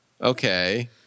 okay